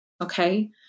okay